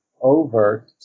overt